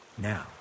now